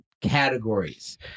categories